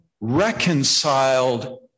reconciled